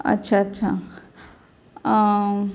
अच्छा अच्छा